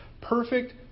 perfect